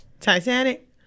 Titanic